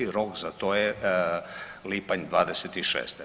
Rok za to je lipanj '26.